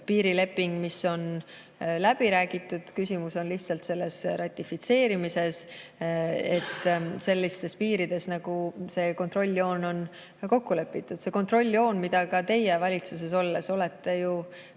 piirileping on ju läbi räägitud, küsimus on lihtsalt selle ratifitseerimises, [lähtudes] sellisest piirist, nagu see kontrolljoon on kokku lepitud. Seda kontrolljoont olete ka teie valitsuses olles selles